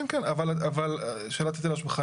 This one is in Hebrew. אבל שאלת היטל ההשבחה,